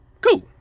Cool